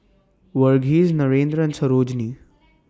Verghese Narendra and Sarojini